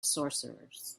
sorcerers